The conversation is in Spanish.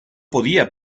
podía